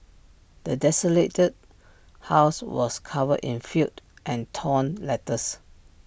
the desolated house was covered in filth and torn letters